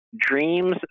dreams